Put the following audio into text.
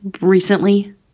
recently